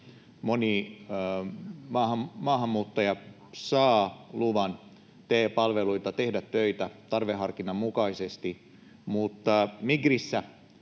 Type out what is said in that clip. moni maahanmuuttaja saa TE-palveluilta luvan tehdä töitä tarveharkinnan mukaisesti, mutta Migrissä